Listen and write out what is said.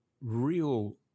real